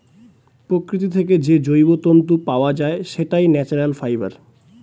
প্রকৃতি থেকে যে জৈব তন্তু পাওয়া যায়, সেটাই ন্যাচারাল ফাইবার